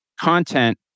content